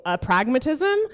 pragmatism